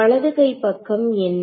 வலதுகைப் பக்கம் என்ன